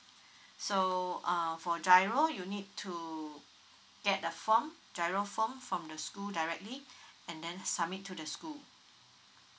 so um for giro you need to get the form giro form from the school directly and then submit to the school